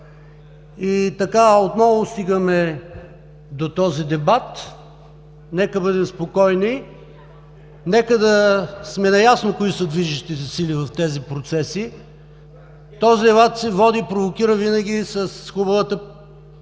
Така отново стигаме до този дебат. Нека бъдем спокойни, нека да сме наясно кои са движещите сили в тези процеси. Този дебат се води и провокира винаги с хубавата постановка